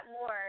more